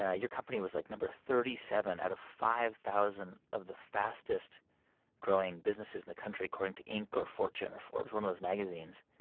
ah your company was, like, number thirty seven out of five thousand of the fastest-growing businesses in the country, according to inc or fortune or forbes one of those magazines.